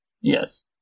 Yes